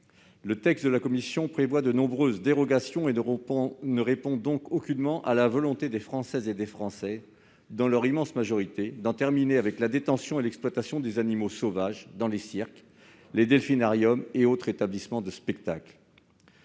La rédaction de la commission prévoit de nombreuses dérogations et ne répond donc aucunement à la volonté des Françaises et des Français, dans leur immense majorité, d'en terminer avec la détention et l'exploitation des animaux sauvages dans les cirques, les delphinariums et autres établissements de spectacle.